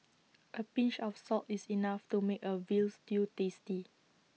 A pinch of salt is enough to make A Veal Stew tasty